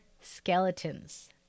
skeletons